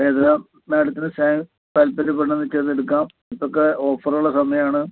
ഏതെല്ലാം മേഡത്തിന് സാ താല്പര്യപ്പെടുന്നത് വെച്ചാൽ അത് എടുക്കാം ഇപ്പോഴൊക്കെ ഓഫറുള്ള സമയമാണ്